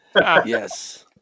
Yes